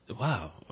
Wow